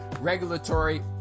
Regulatory